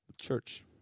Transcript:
church